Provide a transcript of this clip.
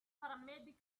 paramedic